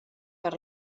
per